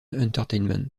entertainment